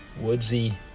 woodsy